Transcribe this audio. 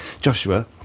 Joshua